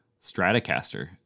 Stratocaster